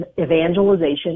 evangelization